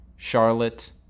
Charlotte